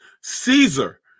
Caesar